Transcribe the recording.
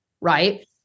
Right